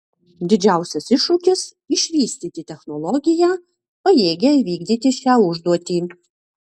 didžiausias iššūkis išvystyti technologiją pajėgią įvykdyti šią užduotį